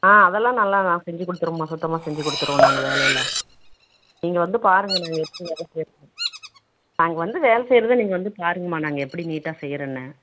ஆ அதெல்லாம் நல்லா நான் செஞ்சு கொடுத்துருவோம்மா சுத்தமாக செஞ்சு கொடுத்துருவோம் நாங்கள் வேலையில் நீங்கள் வந்து பாருங்க நாங்கள் எப்படி வேலை செய்கிறோன்னு நாங்கள் வந்து வேலை செய்கிறத நீங்கள் வந்து பாருங்கம்மா நாங்கள் எப்படி நீட்டாக செய்கிறோன்னு